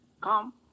Come